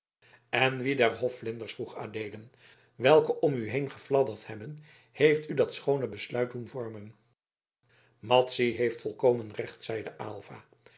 en wie der hofvlinders vroeg adeelen welke om u heen gefladderd hebben heeft u dat schoon besluit doen vormen madzy heeft volkomen recht zeide aylva